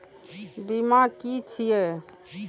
बीमा की छी ये?